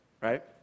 right